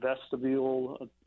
vestibule